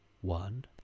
one